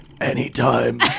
Anytime